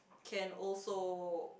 can also